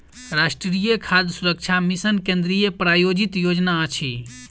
राष्ट्रीय खाद्य सुरक्षा मिशन केंद्रीय प्रायोजित योजना अछि